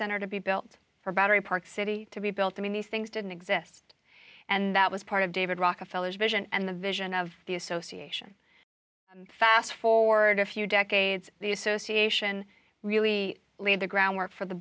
center to be built for battery park city to be built i mean these things didn't exist and that was part of david rockefeller's vision and the vision of the association fast forward a few decades the association really laid the groundwork for the